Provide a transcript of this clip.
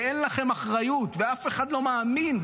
שאין לכם אחריות ואף אחד לא מאמין.